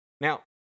now